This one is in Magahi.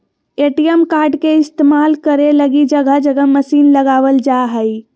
ए.टी.एम कार्ड के इस्तेमाल करे लगी जगह जगह मशीन लगाबल जा हइ